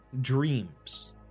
dreams